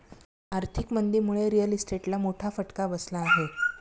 आर्थिक मंदीमुळे रिअल इस्टेटला मोठा फटका बसला आहे